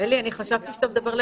אני לא יודע.